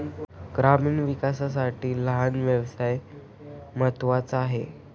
ग्रामीण विकासासाठी लहान व्यवसाय महत्त्वाचा आहे